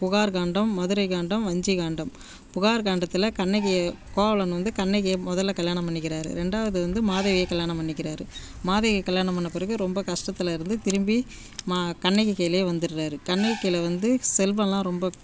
புகார் காண்டம் மதுரை காண்டம் வஞ்சி காண்டம் புகார் காண்டத்தில் கண்ணகியை கோவலன் வந்து கண்ணகியை முதல்ல கல்யாணம் பண்ணிக்கிறார் ரெண்டாவது வந்து மாதவியை கல்யாணம் பண்ணிக்கிறார் மாதவியை கல்யாணம் பண்ண பிறகு ரொம்ப கஷ்டத்தில் இருந்து திரும்பி மா கண்ணகி கையிலே வந்துடுறாரு கண்ணகி கையில் வந்து செல்வம்லாம் ரொம்ப